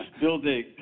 building